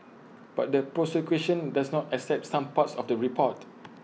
but the prosecution does not accept some parts of the report